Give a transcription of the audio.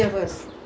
mmhmm